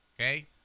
Okay